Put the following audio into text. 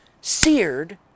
seared